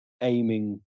aiming